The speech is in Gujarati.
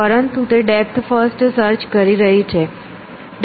પરંતુ તે ડેપ્થ ફર્સ્ટ સર્ચ કરી રહી છે